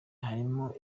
harimo